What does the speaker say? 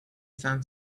san